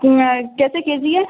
کیسے کے جی ہے